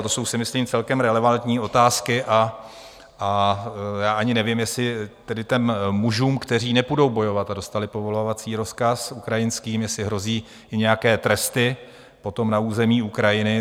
To jsou, myslím si, celkem relevantní otázky a já ani nevím, jestli těm mužům, kteří nepůjdou bojovat a dostali povolávací rozkaz ukrajinským jestli hrozí nějaké tresty potom na území Ukrajiny.